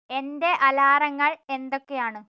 എന്റെ അലാറങ്ങൾ എന്തൊക്കെയാണ്